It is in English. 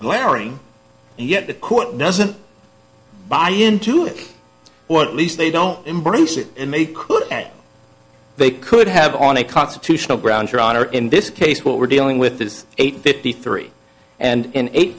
glaring yet the court doesn't buy into it what least they don't embrace it and they could they could have on a constitutional grounds your honor in this case what we're dealing with is eight fifty three and eight